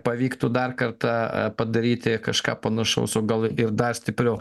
pavyktų dar kartą padaryti kažką panašaus o gal ir dar stipriau